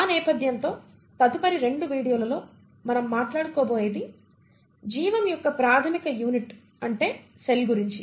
ఆ నేపథ్యంతో తదుపరి రెండు వీడియోలలో మనం మాట్లాడుకోబోయేది జీవం యొక్క ప్రాథమిక యూనిట్ అంటే సెల్ గురించి